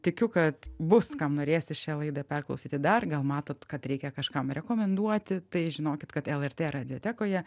tikiu kad bus kam norėsis šią laidą perklausyti dar gal matot kad reikia kažkam rekomenduoti tai žinokit kad lrt radiotekoje